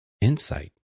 insight